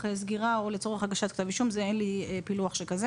סגירה או לצורך הגשת כתב אישום אין לי פילוח שכזה